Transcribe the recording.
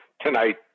tonight